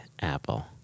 apple